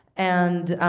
and